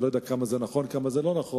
אני לא יודע אם זה נכון או לא נכון,